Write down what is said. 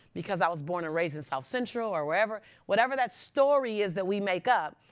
because i was born and raised in south central, or wherever? whatever that story is that we make up,